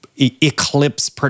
eclipse